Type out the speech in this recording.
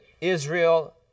Israel